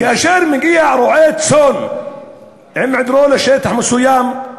כאשר מגיע רועה צאן עם עדרו לשטח מסוים,